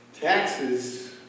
taxes